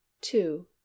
two